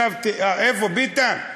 איפה ביטן?